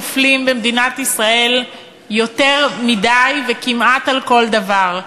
מופלים במדינת ישראל יותר מדי וכמעט בגלל כל דבר,